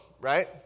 right